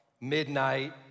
midnight